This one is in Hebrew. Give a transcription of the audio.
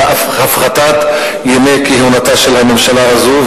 אלא הפחתת ימי כהונתה של הממשלה הזו,